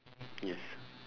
yes